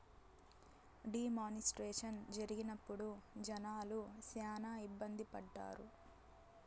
D మానిస్ట్రేషన్ జరిగినప్పుడు జనాలు శ్యానా ఇబ్బంది పడ్డారు